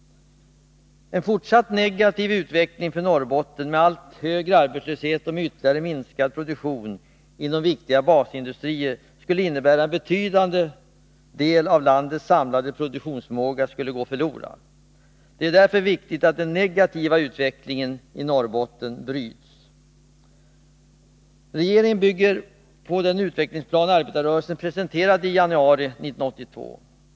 En fortsatt negativ utveckling för Norrbotten med allt högre arbetslöshet och med ytterligare minskad produktion inom viktiga basindustrier skulle innebära att en betydande del av landets samlade produktionsförmåga skulle gå förlorad. Det är därför viktigt att den negativa utvecklingen i Norrbotten bryts. Regeringens förslag bygger på den utvecklingsplan arbetarrörelsen presenterade i januari 1982.